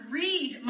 read